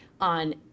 on